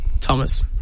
Thomas